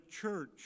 church